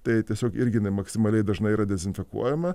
tai tiesiog irgi jinai maksimaliai dažnai yra dezinfekuojama